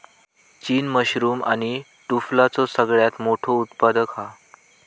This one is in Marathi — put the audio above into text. चीन मशरूम आणि टुफलाचो सगळ्यात मोठो उत्पादक हा